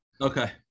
Okay